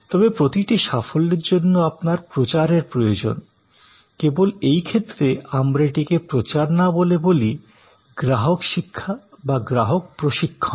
তবে প্রতিটি সাফল্যের জন্য আপনার প্রচারের প্রয়োজন কেবল এই ক্ষেত্রে আমরা এটিকে প্রচার না বলে বলি গ্রাহক শিক্ষা বা গ্রাহক প্রশিক্ষণ